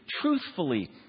truthfully